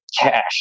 cash